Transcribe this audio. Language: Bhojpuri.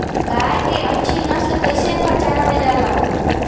गाय के अच्छी नस्ल कइसे पहचानल जाला?